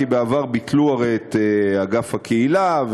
כי בעבר ביטלו הרי את אגף הקהילה,